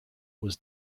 was